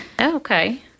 Okay